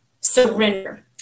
surrender